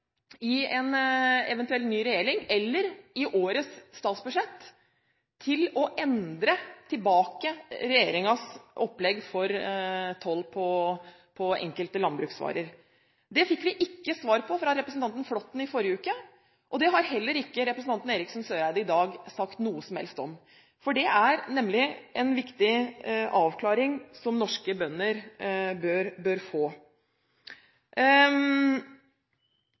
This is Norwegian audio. i en eventuell ny regjering eller i årets statsbudsjett til å endre tilbake regjeringens opplegg for toll på enkelte landbruksvarer? Det fikk vi ikke svar på fra representanten Flåtten i forrige uke, og det har heller ikke representanten Eriksen Søreide i dag sagt noe som helst om. Det er nemlig en viktig avklaring som norske bønder bør få.